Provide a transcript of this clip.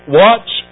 watch